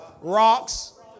Rocks